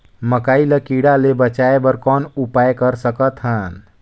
मकई ल कीड़ा ले बचाय बर कौन उपाय कर सकत हन?